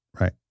right